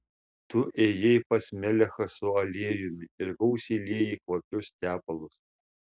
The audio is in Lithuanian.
tu ėjai pas melechą su aliejumi ir gausiai liejai kvapius tepalus